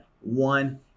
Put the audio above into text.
one